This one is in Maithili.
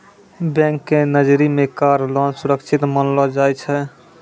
बैंक के नजरी मे कार लोन सुरक्षित मानलो जाय छै